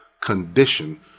condition